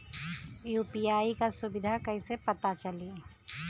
UPI क सुविधा कैसे पता चली?